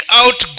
out